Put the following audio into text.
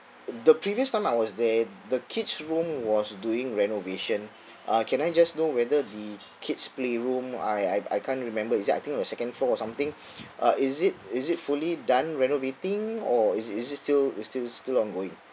the previous time I was there the kid's room was doing renovation uh can I just know whether the kid's playroom I I I can't remember is at think uh the second floor or something uh is it is it fully done renovating or is it is it still it's still still ongoing